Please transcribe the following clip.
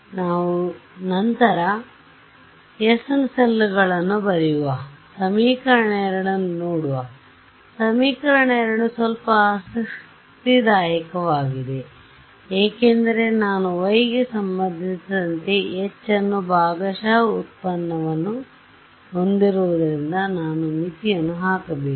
ನಾವು ನಂತರ s ಸೆಲ್ನಲ್ಲಿ ಬರೆಯುವ ಸಮೀಕರಣ 2ನ್ನು ನೋಡುವ ಸಮೀಕರಣ 2 ಸ್ವಲ್ಪ ಆಸಕ್ತಿದಾಯಕವಾಗಿದೆ ಏಕೆಂದರೆ ನಾನು y ಗೆ ಸಂಬಂಧಿಸಿದಂತೆ H ನ ಭಾಗಶಃ ವ್ಯುತ್ಪನ್ನವನ್ನು ಹೊಂದಿರುವುದರಿಂದ ನಾನು ಮಿತಿಯನ್ನು ಹಾಕಬೇಕು